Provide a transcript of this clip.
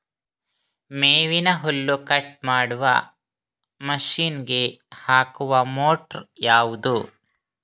ಮೇವಿನ ಹುಲ್ಲು ಕಟ್ ಮಾಡುವ ಮಷೀನ್ ಗೆ ಹಾಕುವ ಮೋಟ್ರು ಯಾವುದು?